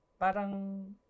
parang